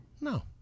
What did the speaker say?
no